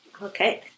Okay